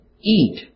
eat